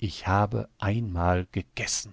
ich habe einmal gegessen